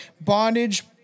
bondage